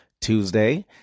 tuesday